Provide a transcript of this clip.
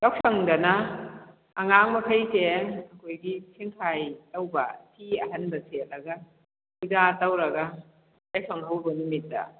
ꯌꯥꯎꯁꯪꯗꯅ ꯑꯉꯥꯡ ꯃꯉꯩꯁꯦ ꯑꯩꯈꯣꯏꯒꯤ ꯁꯦꯟꯈꯥꯏ ꯇꯧꯕ ꯐꯤ ꯑꯍꯟꯕ ꯁꯦꯠꯂꯒ ꯄꯨꯖꯥ ꯇꯧꯔꯒ ꯌꯥꯎꯁꯪ ꯑꯍꯧꯕ ꯅꯨꯃꯤꯠꯇ